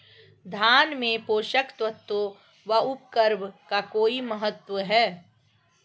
धान में पोषक तत्वों व उर्वरक का कोई महत्व है?